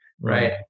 right